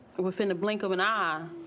within a blink of an eye, um